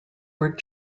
were